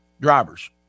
drivers